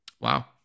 Wow